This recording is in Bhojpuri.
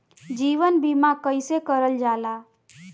जीवन बीमा कईसे करल जाला?